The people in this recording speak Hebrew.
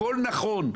הכול נכון.